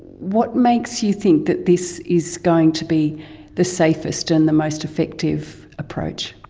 what makes you think that this is going to be the safest and the most effective approach?